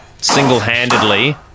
Single-handedly